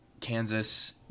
Kansas